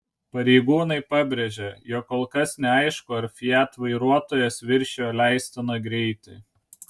pareigūnai pabrėžė jog kol kas neaišku ar fiat vairuotojas viršijo leistiną greitį